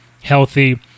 healthy